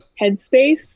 headspace